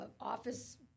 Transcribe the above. office